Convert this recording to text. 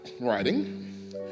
writing